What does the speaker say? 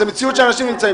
זה מציאות שאנשים נמצאים.